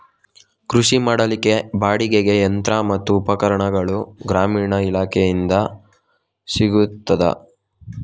ಕೃಷಿ ಮಾಡಲಿಕ್ಕೆ ಬಾಡಿಗೆಗೆ ಯಂತ್ರ ಮತ್ತು ಉಪಕರಣಗಳು ಗ್ರಾಮೀಣ ಇಲಾಖೆಯಿಂದ ಸಿಗುತ್ತದಾ?